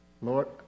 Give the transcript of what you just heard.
Lord